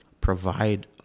provide